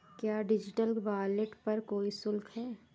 क्या digital wallet पर कोई शुल्क है?